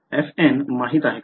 fn माहित आहे का